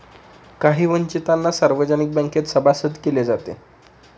काही वंचितांना सार्वजनिक बँकेत सभासद केले जाते